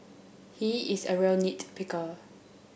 he is a real nit picker